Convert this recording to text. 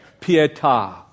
pietà